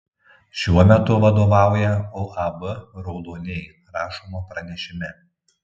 šiuo metu vadovauja uab raudoniai rašoma pranešime